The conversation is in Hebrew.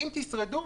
אם תשרדו,